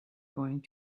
going